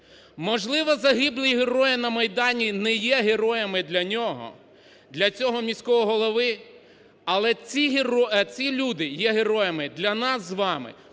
Можливо загиблі герої на Майдані не є героями для нього, для цього міського голови, але ці люди є героями для нас з вами,